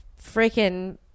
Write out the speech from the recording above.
freaking